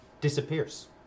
disappears